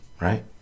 right